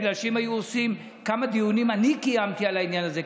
בגלל שאם היו בודקים כמה דיונים אני קיימתי על העניין הזה,